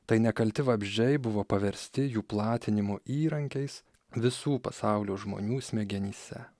tai nekalti vabzdžiai buvo paversti jų platinimo įrankiais visų pasaulio žmonių smegenyse